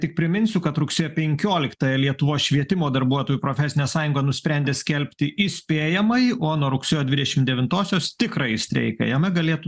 tik priminsiu kad rugsėjo penkioliktąją lietuvos švietimo darbuotojų profesinė sąjunga nusprendė skelbti įspėjamąjį o nuo rugsėjo dvidešim devintosios tikrąjį streiką jame galėtų